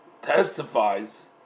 Testifies